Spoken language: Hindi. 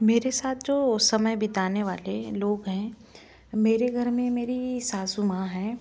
मेरे साथ जो समय बिताने वाले लोग हैं मेरे घर में मेरी सासू माँ हैं